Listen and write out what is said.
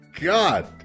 God